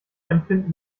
empfinden